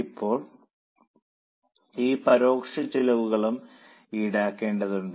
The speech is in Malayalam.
ഇപ്പോൾ ഈ പരോക്ഷ ചെലവുകളും ഈടാക്കേണ്ടതുണ്ട്